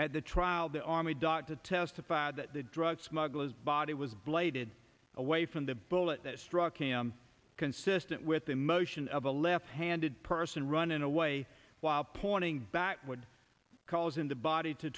at the trial the army doctor testified that the drug smuggler's body was bladed away from the bullet that struck him consistent with the motion of a left handed person running away while pointing backward cause in the body to